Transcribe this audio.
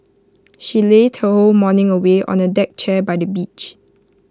she lazed her whole morning away on A deck chair by the beach